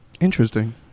Interesting